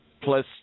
Plus